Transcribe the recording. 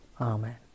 Amen